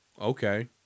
Okay